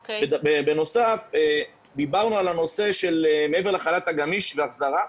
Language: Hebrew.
בנוסף, דיברנו מעבר לחל"ת הגמיש להחזקה,